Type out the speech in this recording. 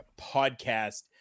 podcast